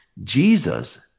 Jesus